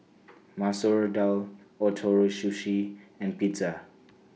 Masoor Dal Ootoro Sushi and Pizza